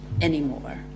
anymore